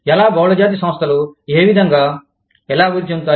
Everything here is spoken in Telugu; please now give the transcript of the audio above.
ఎలా బహుళజాతి సంస్థలు ఏవిధంగా ఎలా అభివృద్ధి చెందుతాయి